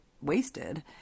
wasted